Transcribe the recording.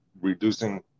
reducing